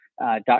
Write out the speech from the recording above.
dot